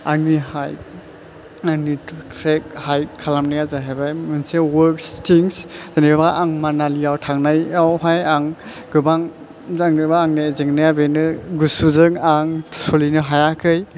आंनि हाइक आंनि थ्रेक हाइक खालामनाया जाहैबाय मोनसे वर्सथ थिं जेनोबा आं मानालियाव थांनायाव हाय आं गोबां जेनोबा आंनि जेंनाया बेनो गुसुजों आं सलिनो हायाखै